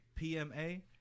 PMA